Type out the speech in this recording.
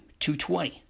220